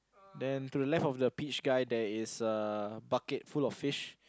then to the left of the peach guy there is a bucket full of fish